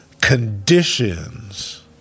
conditions